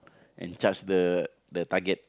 and charge the the target